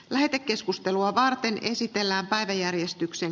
lähetekeskustelua varten olisi tehtävissä